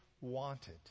wanted